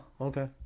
okay